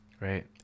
Right